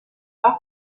dalla